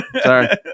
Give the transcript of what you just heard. Sorry